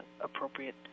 appropriate